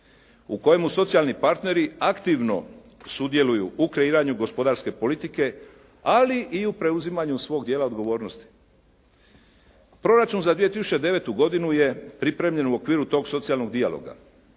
u kojemu socijalni partneri aktivno sudjeluju u kreiranju gospodarske politike ali i u preuzimanju svog dijela odgovornosti. Proračun za 2009. godinu je pripremljen u okviru tog socijalnog dijaloga.